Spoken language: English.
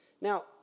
Now